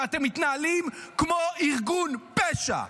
ואתם מתנהלים כמו ארגון פשע.